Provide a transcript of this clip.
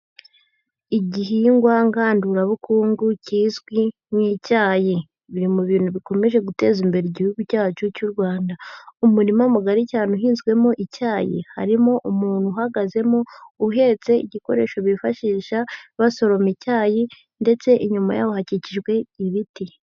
Igihingwa ngandurabukungu kizwi nk'icyayi. Biri mu bintu bikomeje guteza imbere igihugu cyacu cy'u Rwanda. Umurima mugari cyane, uhinzwemo icyayi harimo umuntu uhagazemo, uhetse igikoresho bifashisha basoroma icyayi. Ndetse inyuma ye hakikijwe ibiti.